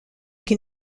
can